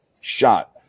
shot